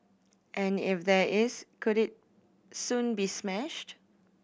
and if there is could it soon be smashed